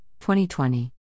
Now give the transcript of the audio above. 2020